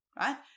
right